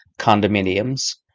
condominiums